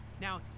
Now